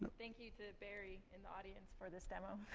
thank you to barry in the audience for this demo.